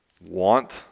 want